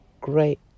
great